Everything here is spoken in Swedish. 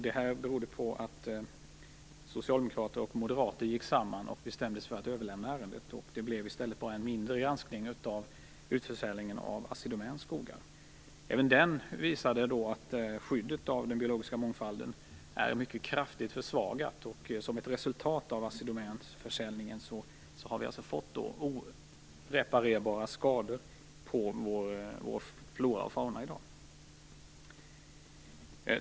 Det berodde på att socialdemokrater och moderater gick samman och bestämde sig för att överlämna ärendet. I stället gjordes bara en mindre granskning av utförsäljningen av Assi Domäns skogar. Även den visade att skyddet av den biologiska mångfalden är mycket kraftigt försvagat. Som ett resultat av Assi Domäns försäljning har vi fått oreparerbara skador på vår flora och fauna i dag.